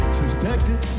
suspected